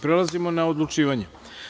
Prelazimo na odlučivanje.